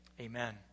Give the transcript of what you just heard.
Amen